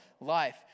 life